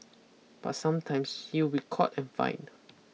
but sometimes she will be caught and fined